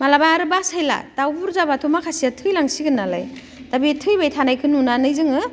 माब्लाबा आरो बासायला दाउ बुरजाबाथ' माखासेया थैलांसिगोन नालाय दा बे थैबाय थानायखौ नुनानै जोङो